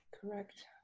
Correct